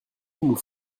nous